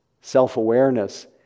self-awareness